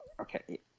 Okay